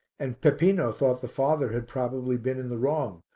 and peppino thought the father had probably been in the wrong,